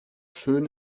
schön